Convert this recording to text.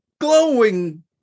glowing